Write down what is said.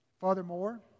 Furthermore